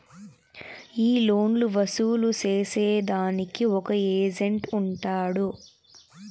ఈ లోన్లు వసూలు సేసేదానికి ఒక ఏజెంట్ ఉంటాడు